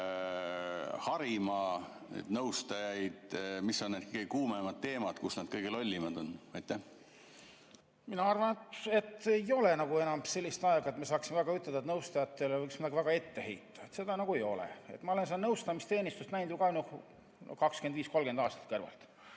harima neid nõustajaid? Mis on need kõige kuumemad teemad, kus nad kõige lollimad on? Mina arvan, et ei ole enam sellist aega, et me saaksime ütelda, et nõustajatele oleks midagi väga ette heita. Seda nagu ei ole. Ma olen seda nõustamisteenistust näinud ju 25 või 30 aastat kõrvalt.